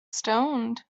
stoned